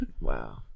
Wow